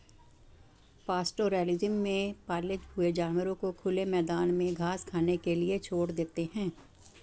pastoralism में पाले हुए जानवरों को खुले मैदान में घास खाने के लिए छोड़ देते है